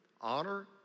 honor